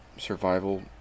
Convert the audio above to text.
survival